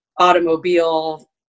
automobile